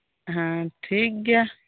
ᱦᱮᱸ ᱴᱷᱤᱠ ᱜᱮᱭᱟ